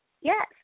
Yes